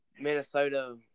Minnesota